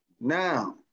Now